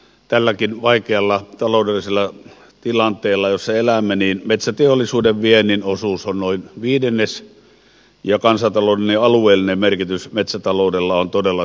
tässäkin vaikeassa taloudellisessa tilanteessa jossa elämme metsäteollisuuden viennin osuus on noin viidennes ja kansantaloudellinen ja alueellinen merkitys metsätaloudella on todella suuri